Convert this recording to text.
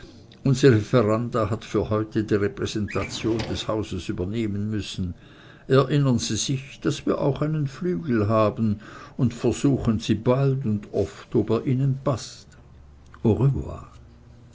unsere veranda hat für heute die repräsentation des hauses übernehmen müssen erinnern sie sich daß wir auch einen flügel haben und versuchen sie bald und oft ob er ihnen paßt